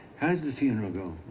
how did the funeral go?